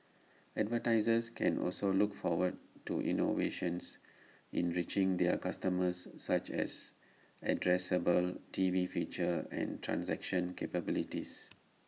advertisers can also look forward to innovations in reaching their customers such as addressable T V features and transaction capabilities